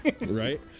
right